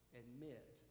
admit